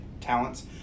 talents